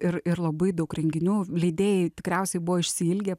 ir ir labai daug renginių leidėjai tikriausiai buvo išsiilgę